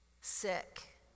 sick